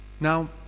Now